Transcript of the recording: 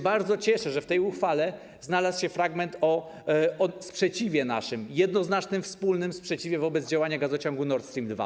Bardzo się cieszę, że w tej uchwale znalazł się fragment o naszym sprzeciwie, jednoznacznym wspólnym sprzeciwie wobec działania gazociągu Nord Stream 2.